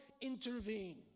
Intervene